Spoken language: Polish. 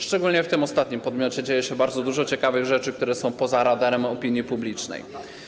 Szczególnie w tym ostatnim podmiocie dzieje się bardzo dużo ciekawych rzeczy, które są poza radarem opinii publicznej.